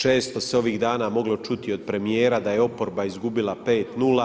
Često se ovih dana moglo čuti od premijera da je oporba izgubila 5:0.